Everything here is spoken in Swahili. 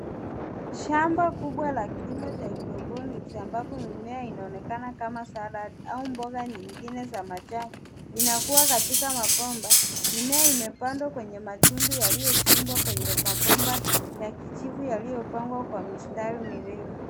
Shamba kubwa la kilimo cha hydroponic ambapo mimea inaonekana kama salad au mboga nyingine za majani, inakuwa katika mabomba. Mimea imepandwa kwenye matundu yaliyochimbwa kwenye mabomba ya kijivu yaliyopangwa kwa mistari miwili.